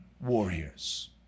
warriors